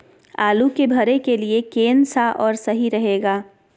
आलू के भरे के लिए केन सा और सही रहेगा?